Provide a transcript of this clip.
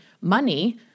money